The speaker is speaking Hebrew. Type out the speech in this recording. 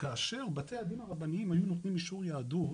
וכאשר בתי הדין הרבניים היו נותנים אישור יהדות,